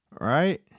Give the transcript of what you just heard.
right